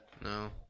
No